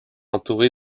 entouré